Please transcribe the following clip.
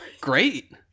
great